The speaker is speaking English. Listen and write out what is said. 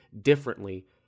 differently